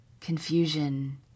confusion